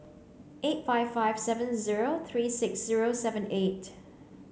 eight five five seven zero three six zero seven eight